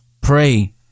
pray